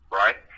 right